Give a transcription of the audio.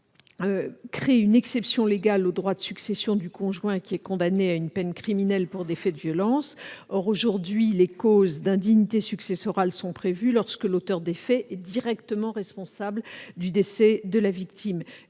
à créer une exception légale aux droits de succession du conjoint qui est condamné à une peine criminelle pour des faits de violence. Aujourd'hui, les causes d'indignité successorale sont prévues lorsque l'auteur des faits est directement responsable du décès de la victime.